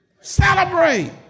Celebrate